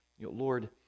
Lord